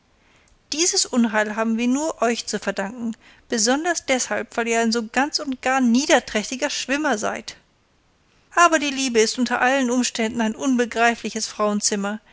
dieses unheil haben wir nur euch zu verdanken besonders deshalb weil ihr ein so ganz und gar niederträchtiger schwimmer seid aber die liebe ist unter allen umständen ein unbegreifliches frauenzimmer